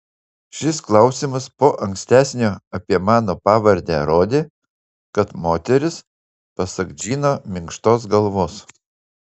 šis klausimas po ankstesnio apie mano pavardę rodė kad moteris pasak džino minkštos galvos